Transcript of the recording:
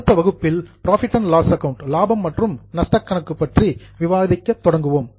அடுத்த வகுப்பில் profit and loss account லாபம் மற்றும் நஷ்ட கணக்கு பற்றி விவாதிக்க தொடங்குவோம்